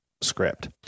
script